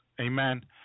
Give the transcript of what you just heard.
Amen